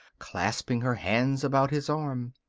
clasping her hands about his arm.